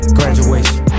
graduation